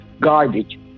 garbage